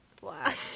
Black